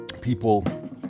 people